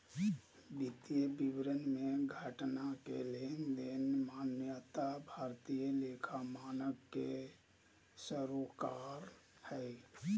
वित्तीय विवरण मे घटना के लेनदेन के मान्यता भारतीय लेखा मानक के सरोकार हय